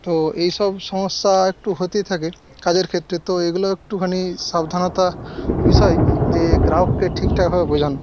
তো এই সব সমস্যা একটু হতেই থাকে কাজের ক্ষেত্রে তো এগুলো একটুখানি সাবধানতার বিষয় যে গ্রাহককে ঠিকঠাকভাবে বোঝানো